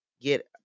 get